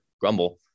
grumble